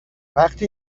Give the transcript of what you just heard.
وقتی